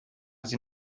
sie